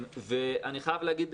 אני חייב להגיד,